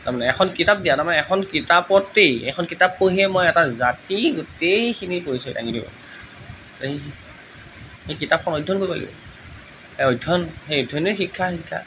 এখন কিতাপ দিয়া তাৰমানে এখন কিতাপতেই এখন কিতাপ পঢ়িয়েই মই এটা জাতিৰ গোটেইখিনি পৰিচয় দাঙি ধৰিব পাৰোঁ সেই সেই কিতাপখন অধ্যয়ন কৰিব লাগিব এই অধ্যয়ন সেই অধ্যয়নেই শিক্ষা শিকা